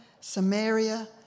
Samaria